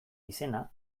izena